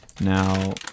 Now